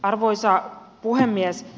arvoisa puhemies